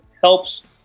helps